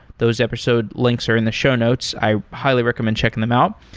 those episode links are in the show notes. i highly recommend checking them out.